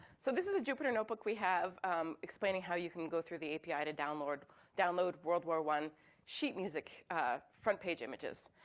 so this is a jupyter notebook we have explaining how you can go through the api to download download world war i sheet music front page images.